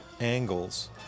angles